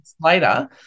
later